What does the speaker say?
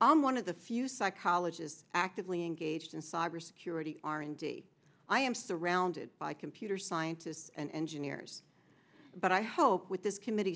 i'm one of the few psychologists actively engaged in cybersecurity r and d i am surround by computer scientists and engineers but i hope with this committee